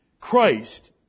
Christ